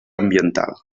ambiental